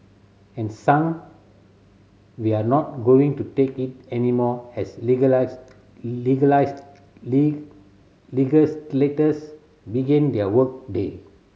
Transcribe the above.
and sang We're not going to take it anymore as legislators begin their work day